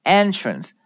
entrance